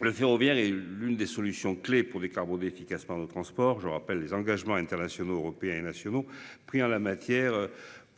Le ferroviaire et l'une des solutions clés pour l'écart Bombet efficace par le transport je rappelle les engagements internationaux, européens et nationaux pris en la matière.